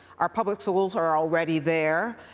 our public schools are already there.